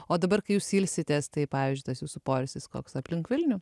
o dabar kai jūs ilsitės tai pavyzdžiui tas jūsų poilsis koks aplink vilnių